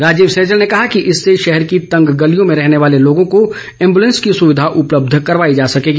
राजीव सैजल ने कहा कि इससे शहर की तंग गलियों में रहने वाले लोगों को एम्बुलेंस की सुविधा उपलब्ध करवाई जा सकेगी